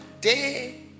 day